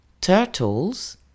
Turtles